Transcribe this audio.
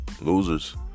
Losers